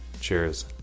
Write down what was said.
Cheers